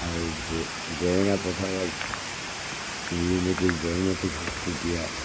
আৰু জেৰেঙা পথাৰত যি নেকি জয়মতীক শাস্তি দিয়া